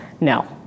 No